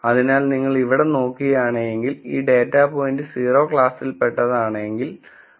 അതിനാൽ നിങ്ങൾ ഇവിടെ നോക്കുകയാണെങ്കിൽ ഈ ഡാറ്റാ പോയിന്റ് 0 ക്ലാസ്സിൽ പെട്ടതാണെങ്കിൽ Yi 0 ആണ്